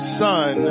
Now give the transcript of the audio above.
son